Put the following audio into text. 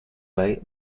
way